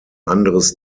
anderes